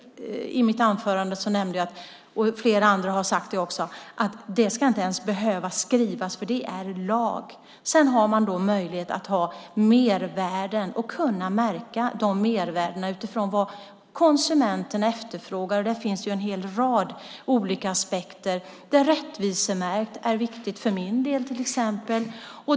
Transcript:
I mitt anförande nämnde jag - flera andra har sagt det också - att det inte ens ska behöva skrivas, för det är lag. Sedan har man möjlighet att ha mervärden och kunna märka de mervärdena utifrån vad konsumenten efterfrågar. Det finns en hel rad olika aspekter. Rättvisemärkningen är viktig för min del.